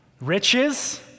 riches